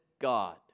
God